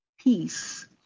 Peace